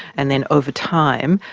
and then over time,